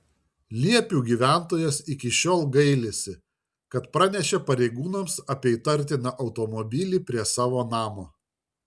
liepių gyventojas iki šiol gailisi kad pranešė pareigūnams apie įtartiną automobilį prie savo namo